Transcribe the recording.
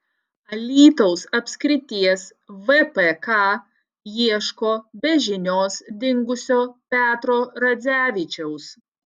alytaus apskrities vpk ieško be žinios dingusio petro radzevičiaus